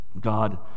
God